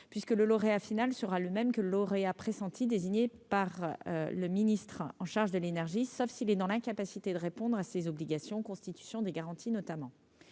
puisque le lauréat final sera le même que lauréat pressenti, désigné par le ministre en charge de l'énergie, sauf s'il est dans l'incapacité de répondre à ces obligations, constitution des garanties, notamment